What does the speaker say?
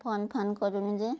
phone ଫାନ୍ କରୁନୁ ଯେ